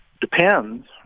depends